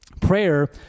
Prayer